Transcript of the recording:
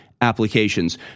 applications